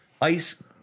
Ice